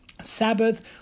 Sabbath